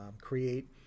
create